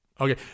Okay